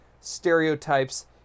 stereotypes